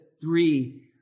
three